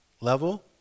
level